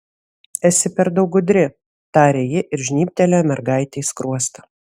esi per daug gudri tarė ji ir žnybtelėjo mergaitei skruostą